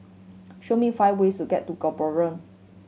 show me five ways to get to Gaborone